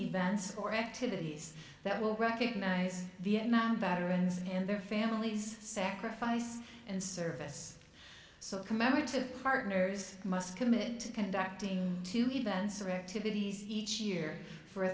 events or activities that will recognize vietnam veterans and their families sacrifice and service so commemorative partners must commit to conducting two events or activities each year for a